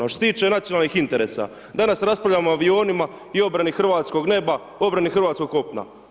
A što se tiče nacionalnih interesa, danas raspravljamo o avionima i obrani hrvatskog neba, obrani hrvatskog kopna.